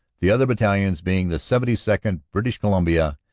the other battalions being the seventy second, british columbia,